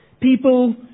People